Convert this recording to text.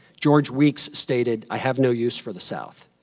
george weeks stated, i have no use for the south.